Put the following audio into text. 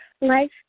Life